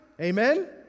Amen